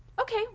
Okay